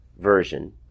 version